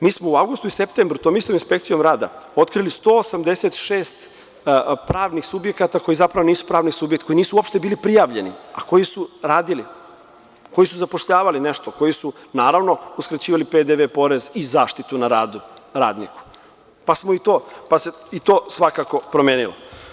Mi smo u avgustu i septembru, to mislim inspekcijom rada, otkrili 186 pravnih subjekta koji zapravo nisu pravni subjekti, koji nisu uopšte bili prijavljeni, a koji su radili, koji su zapošljavali nešto, koji su naravno uskraćivali PDV, porez i zaštitu na radu radniku, pa se i to svakako promenilo.